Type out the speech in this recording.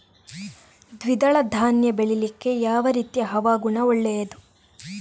ದ್ವಿದಳ ಧಾನ್ಯ ಬೆಳೀಲಿಕ್ಕೆ ಯಾವ ರೀತಿಯ ಹವಾಗುಣ ಒಳ್ಳೆದು?